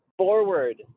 forward